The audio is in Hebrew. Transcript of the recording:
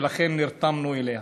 ולכן נרתמנו אליה.